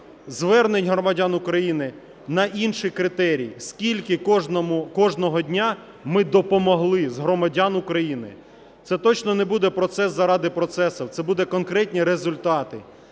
звернень громадян України, на інші критерії: скільки кожного дня ми допомогли кожному з громадян України. Це точно не буде процес заради процесу, це будуть конкретні результати.